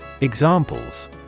Examples